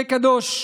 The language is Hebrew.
פה קדוש,